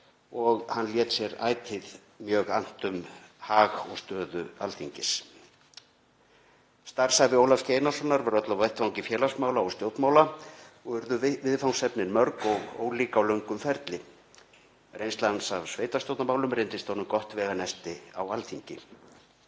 og hann lét sér ætíð annt um hag og stöðu Alþingis. Starfsævi Ólafs G. Einarssonar var öll á vettvangi félagsmála og stjórnmála og urðu viðfangsefnin mörg og ærið ólík á löngum ferli. Reynsla hans af sveitarstjórnarmálum reyndist honum gott veganesti á Alþingi.